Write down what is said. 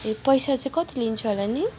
ए पैसा चाहिँ कति लिन्छ होला नि